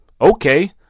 okay